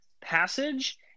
passage